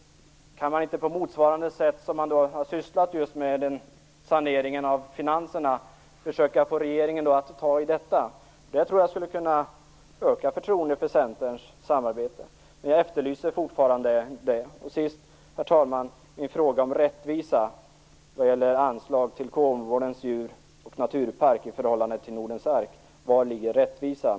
Kan man inte på motsvarande sätt som har skett med saneringen av finanserna försöka få regeringen att ta tag i detta? Det tror jag skulle kunna öka förtroendet för Centerns samarbete. Jag efterlyser fortfarande detta. Till sist, herr talman, vill jag fråga om rättvisan när det gäller anslag till Kolmårdens djur och naturpark i förhållande till Nordens Ark. Var ligger rättvisan?